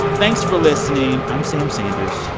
thanks for listening. i'm sam sanders.